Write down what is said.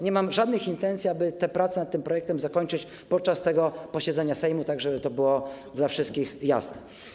Nie mam intencji, aby prace nad tym projektem zakończyć podczas tego posiedzenia Sejmu, tak żeby to było dla wszystkich jasne.